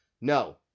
No